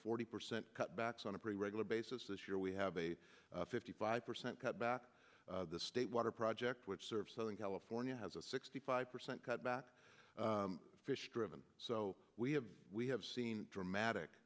forty percent cut backs on a pretty regular basis this year we have a fifty five percent cut back the state water project which serves southern california has a sixty five percent cutback fish driven so we have we have seen dramatic